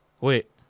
Wait